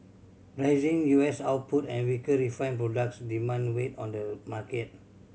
rising U S output and weaker refined products demand weighed on the market